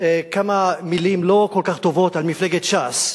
כמה מלים לא כל כך טובות על מפלגת ש"ס,